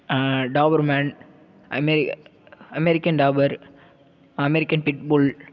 Dabur man அதுமாரி American Doberman American பிக்புல்